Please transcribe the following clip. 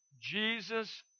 Jesus